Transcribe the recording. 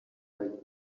like